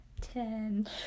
ten